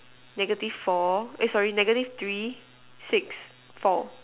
negative four eh sorry negative three six four